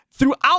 Throughout